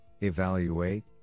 evaluate